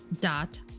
dot